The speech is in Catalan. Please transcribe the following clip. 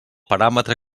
paràmetre